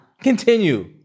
Continue